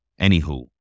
Anywho